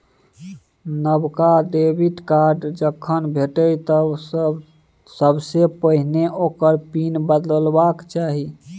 नबका debit card जखन भेटय तँ सबसे पहिने ओकर पिन बदलबाक चाही